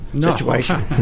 situation